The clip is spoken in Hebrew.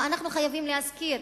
ואנחנו חייבים להזכיר